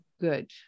good